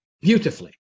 Beautifully